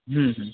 হুম হুম